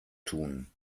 tun